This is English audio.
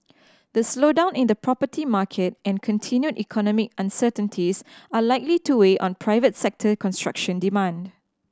the slowdown in the property market and continued economic uncertainties are likely to weigh on private sector construction demand